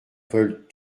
veulent